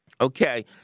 Okay